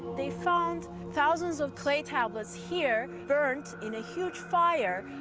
they found thousands of clay tablets here burnt in a huge fire,